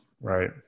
Right